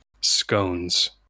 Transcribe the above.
scones